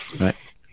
Right